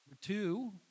two